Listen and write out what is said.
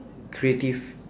creative